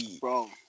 bro